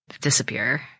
disappear